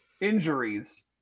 injuries